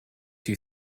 you